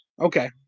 Okay